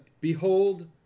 Behold